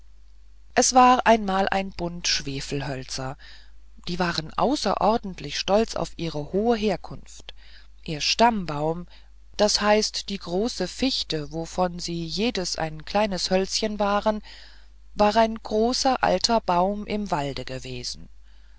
es war einmal ein bund schwefelhölzer die waren außerordentlich stolz auf ihre hohe herkunft ihr stammbaum das heißt die große fichte wovon sie jedes ein kleines hölzchen waren war ein großer alter baum im walde gewesen